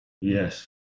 yes